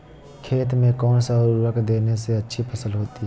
खेत में कौन सा उर्वरक देने से अच्छी फसल होती है?